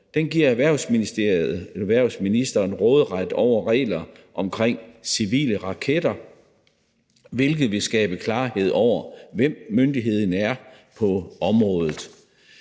Den giver erhvervsministeren råderet over regler omkring civile raketter, hvilket vil skabe klarhed over, hvem myndigheden er på området.